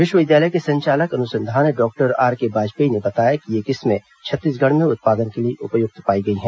विश्वविद्यालय के संचालक अनुसंधान डॉक्टर आरके बाजपेयी ने बताया कि ये किस्में छत्तीसगढ़ में उत्पादन के लिए उपयुक्त पाई गई हैं